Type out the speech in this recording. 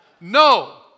No